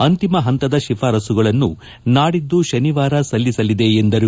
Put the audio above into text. ಅಂತಿಮ ಪಂತದ ಶಿಫಾರಸುಗಳನ್ನು ನಾಡಿದ್ದು ಶನಿವಾರ ಸಲ್ಲಿಸಲಿದೆ ಎಂದರು